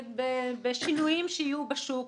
בשינויים שיהיו בשוק